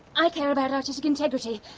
i care about artistic integrity.